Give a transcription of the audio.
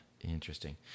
interesting